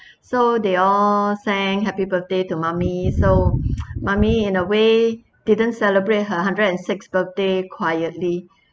so they all sang happy birthday to mummy so mummy in a way didn't celebrate her hundred and sixth birthday quietly